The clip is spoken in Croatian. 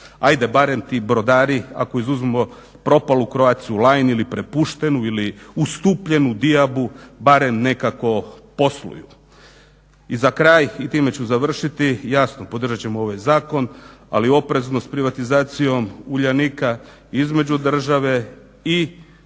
Ajde barem ti brodari, ako izuzmemo propalu "Croatia line" ili prepuštenu ili ustupljenu Diabu barem nekako posluju. I za kraj i time ću završiti, jasno podržat ćemo ovaj zakon, ali oprezno s privatizacijom "Uljanika". Između države i